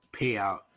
payout